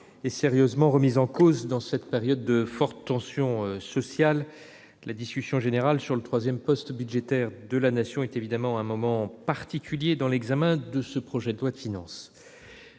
est sérieusement remis en cause : dans cette période de fortes tensions sociales, la discussion générale sur le troisième poste budgétaire de la Nation est évidemment un moment particulier de l'examen de ce projet de loi de finances.